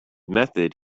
method